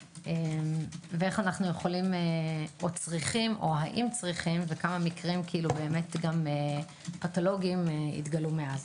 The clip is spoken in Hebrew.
ואיך אנו יכולים והאם צריכים וכמה מקרים פתולוגיים התגלו מאז.